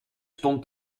stond